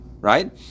Right